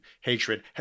hatred